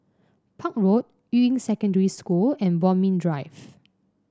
Park Road Yuying Secondary School and Bodmin Drive